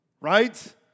right